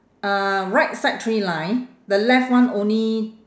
uh right side three line the left one only